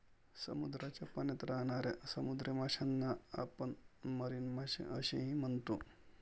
समुद्राच्या पाण्यात राहणाऱ्या समुद्री माशांना आपण मरीन मासे असेही म्हणतो